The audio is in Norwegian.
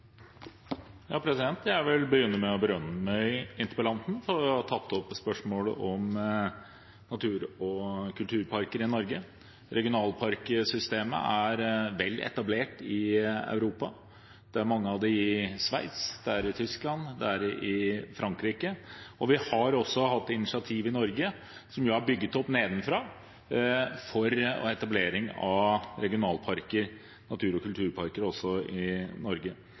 Jeg vil begynne med å berømme interpellanten for å ha tatt opp spørsmålet om natur- og kulturparker i Norge. Regionalparksystemet er vel etablert i Europa. Det er mange av dem i Sveits, i Tyskland og i Frankrike, og vi har også hatt initiativ i Norge, som er bygd opp nedenfra, for etablering av regionalparker, natur- og kulturparker, i Norge.